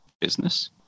business